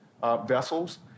vessels